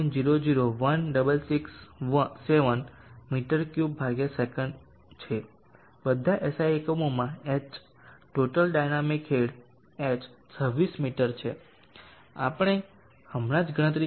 001667 મી3 સે છે બધા SI એકમોમાંh ટોટલ ડાયનામિક હેડ h 26 મીટર છે આપણે હમણાં જ ગણતરી કરી છે